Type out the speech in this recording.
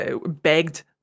begged